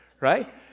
Right